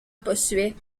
bossuet